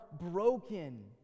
broken